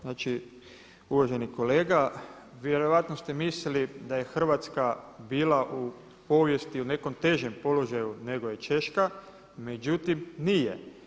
Znači uvaženi kolega vjerojatno ste mislili da je Hrvatska bila u povijesti u nekom težem položaju nego je Češka, međutim nije.